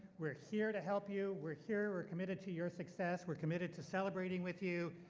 we're here to help you, we're here, we're committed to your success. we're committed to celebrating with you.